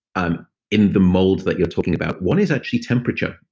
um in the mold that you're talking about. one is actually temperature.